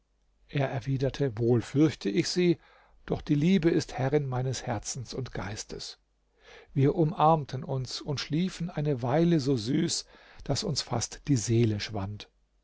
er erwiderte wohl fürchte ich sie doch die liebe ist herrin meines herzens und geistes wir umarmten uns und schliefen eine weile so süß daß uns fast die seele schwand